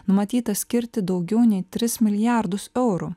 numatyta skirti daugiau nei tris milijardus eurų